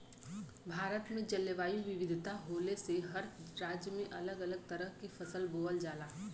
भारत में जलवायु विविधता होले से हर राज्य में अलग अलग तरह के फसल बोवल जाला